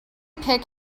pick